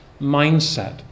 mindset